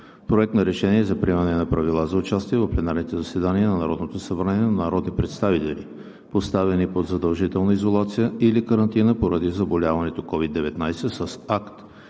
Проект на решение за приемане на правила за участие в пленарните заседания на Народното събрание на народни представители, поставени под задължителна изолация или карантина поради заболяването COVID-19 с акт